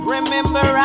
Remember